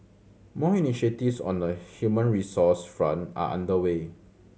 more initiatives on the human resource front are under way